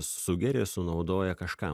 sugeria sunaudoja kažkam